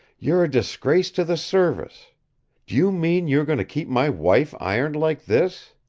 you're a disgrace to the service. do you mean you are going to keep my wife ironed like this?